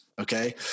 okay